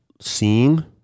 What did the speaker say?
seeing